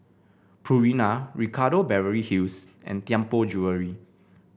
Purina Ricardo Beverly Hills and Tianpo Jewellery